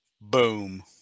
Boom